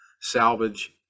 salvage